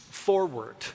Forward